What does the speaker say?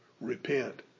Repent